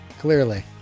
clearly